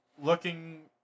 looking